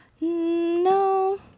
No